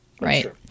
right